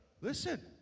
listen